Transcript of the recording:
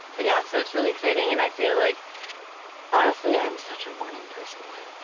but yeah, so it's really exciting and i feel like honestly i'm such a morning person lou.